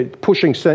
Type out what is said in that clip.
pushing